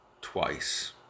twice